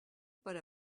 per